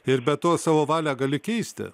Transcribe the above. ir be to savo valią gali keisti